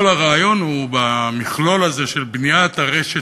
כל הרעיון הוא במכלול הזה של בניית הרשת